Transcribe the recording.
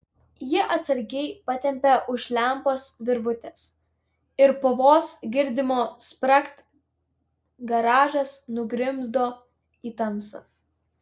ji atsargiai patempė už lempos virvutės ir po vos girdimo spragt garažas nugrimzdo į tamsą